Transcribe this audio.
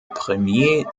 premier